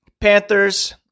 Panthers